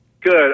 Good